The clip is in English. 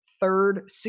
third